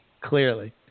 Clearly